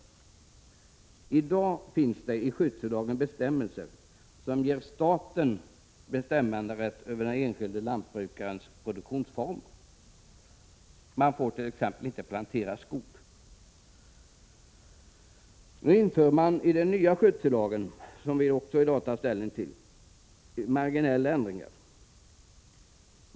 I dag finns det i skötsellagen bestämmelser som ger staten bestämmanderätt över den enskilde lantbrukarens produktionsformer. Man får t.ex. inte plantera skog på sin mark utan tillstånd. I den nya skötsellagen införs nu vissa ändringar.